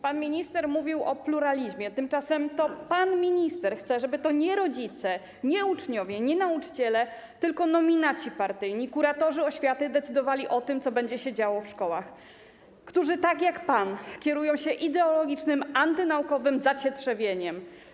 Pan minister mówił o pluralizmie, a tymczasem to pan minister chce, żeby to nie rodzice ani uczniowie, ani nauczyciele, tylko nominaci partyjni, kuratorzy oświaty decydowali o tym, co będzie się działo w szkołach, którzy tak jak pan kierują się ideologicznym, antynaukowym zacietrzewieniem.